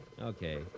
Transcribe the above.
Okay